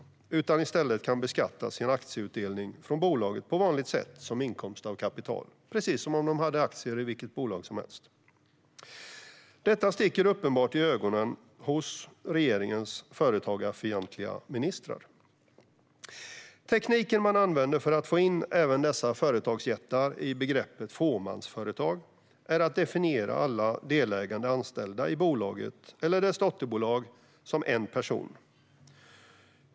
Domstolen menar att man i stället kan beskatta deras aktieutdelning från bolaget på vanligt sätt som inkomst av kapital, precis som om det handlade om aktier i vilket bolag som helst. Detta sticker uppenbart i ögonen på regeringens företagarfientliga ministrar. Den teknik man använder för att få in även dessa företagsjättar i begreppet "fåmansföretag" är att definiera alla delägande anställda i bolaget eller dess dotterbolag som en person.